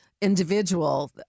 individual